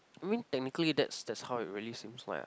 I mean technically that's that how you seems like ah